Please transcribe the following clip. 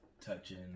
touching